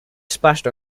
splashed